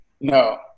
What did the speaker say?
No